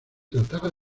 trataba